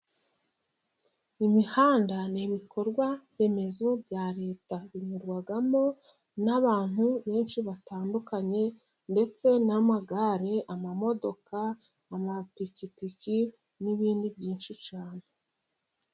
Imihanda ni ibikorwa remezo bya leta. Binyurwamo n'abantu benshi batandukanye, ndetse n'amagare, amamodoka, amapikipiki n'ibindi byinshi cyane.